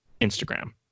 Instagram